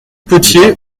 potier